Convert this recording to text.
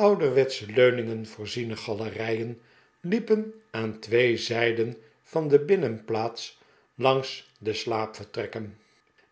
ouderwetsche leuningen i voorziene galerijen liepen aan twee zij den l van de binnenplaats langs de slaapvertrekken